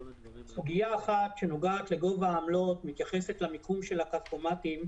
סוגיה אחת נוגעת לגובה העמלות ומתייחסת למיקום של הכספומטים,